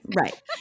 right